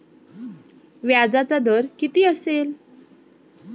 व्याजाचा दर किती असेल?